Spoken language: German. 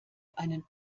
einen